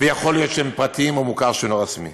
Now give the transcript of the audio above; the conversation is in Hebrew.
ויכול להיות שהם פרטיים, או מוכר שאינו רשמי,